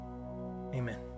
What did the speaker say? Amen